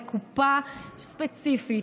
לקופה ספציפית,